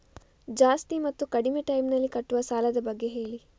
ಜಾಸ್ತಿ ಮತ್ತು ಕಡಿಮೆ ಟೈಮ್ ನಲ್ಲಿ ಕಟ್ಟುವ ಸಾಲದ ಬಗ್ಗೆ ಹೇಳಿ